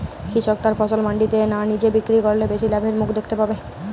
কৃষক তার ফসল মান্ডিতে না নিজে বিক্রি করলে বেশি লাভের মুখ দেখতে পাবে?